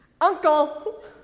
Uncle